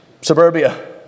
suburbia